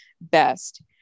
best